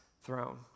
throne